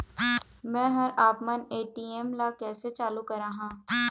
मैं हर आपमन ए.टी.एम ला कैसे चालू कराहां?